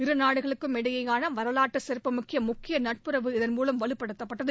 இருநாடுகளுக்கும் இடையேயான வரலாற்று சிறப்பு மிக்க முக்கிய நட்புறவு இதன் மூலம் வலுப்படுத்தப்பட்டது